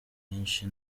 nyinshi